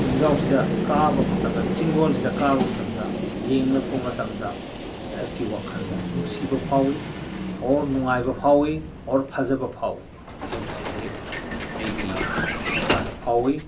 ꯆꯤꯡꯖꯥꯎꯁꯤꯗ ꯀꯥꯕ ꯃꯇꯝꯗ ꯆꯤꯡꯗꯣꯟꯁꯤꯗ ꯀꯥꯕ ꯃꯇꯝꯗ ꯌꯦꯡꯂꯛꯄ ꯃꯇꯝꯗ ꯑꯩꯍꯥꯛꯀꯤ ꯋꯥꯈꯜꯗ ꯅꯨꯡꯁꯤꯕ ꯐꯥꯎꯏ ꯑꯣꯔ ꯅꯨꯡꯉꯥꯏꯕ ꯐꯥꯎꯏ ꯑꯣꯔ ꯐꯖꯕ ꯐꯥꯎꯏ ꯍꯥꯏꯕꯁꯤ ꯑꯩꯍꯥꯛ ꯑꯩꯒꯤ ꯏꯁꯥꯗ ꯐꯥꯎꯏ